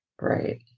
Right